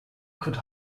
could